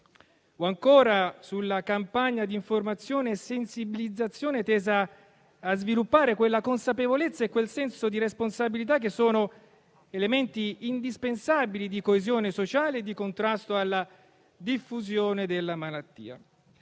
emendamento sulla campagna di informazione e sensibilizzazione, tesa a sviluppare quella consapevolezza e quel senso di responsabilità che sono elementi indispensabili di coesione sociale e di contrasto alla diffusione della malattia.